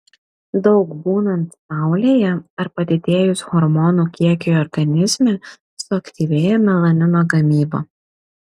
daug būnant saulėje ar padidėjus hormonų kiekiui organizme suaktyvėja melanino gamyba